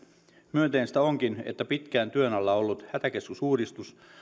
myönteistä onkin että pitkään työn alla ollut hätäkeskusuudistus